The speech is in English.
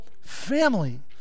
family